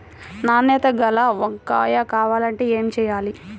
నాణ్యత గల వంగ కాయ కావాలంటే ఏమి చెయ్యాలి?